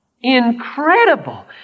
incredible